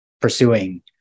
pursuing